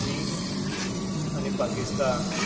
चीन आनी पाकिस्तान